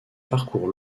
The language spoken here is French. parcourt